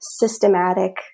systematic